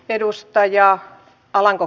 arvoisa puhemies